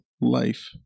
life